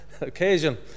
occasion